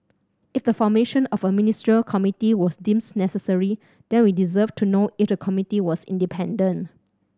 if the formation of a Ministerial Committee was deemed necessary then we deserve to know if the committee was independent